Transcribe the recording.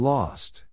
Lost